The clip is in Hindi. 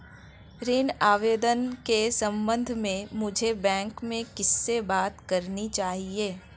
ऋण आवेदन के संबंध में मुझे बैंक में किससे बात करनी चाहिए?